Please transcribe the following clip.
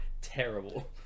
terrible